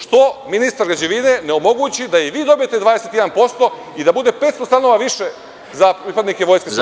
Što ministar građevine ne omogući da i vi dobijete 21% i da bude 500 stanova više za pripadnike Vojske Srbije?